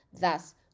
thus